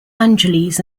angeles